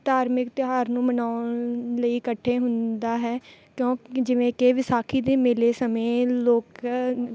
ਧਾਰਮਿਕ ਤਿਉਹਾਰ ਨੂੰ ਮਨਾਉਣ ਲਈ ਇਕੱਠੇ ਹੁੰਦਾ ਹੈ ਕਿਉਂ ਜਿਵੇਂ ਕਿ ਵਿਸਾਖੀ ਦੇ ਮੇਲੇ ਸਮੇਂ ਲੋਕ